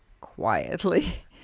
quietly